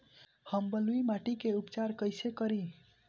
हम बलुइ माटी के उपचार कईसे करि?